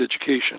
education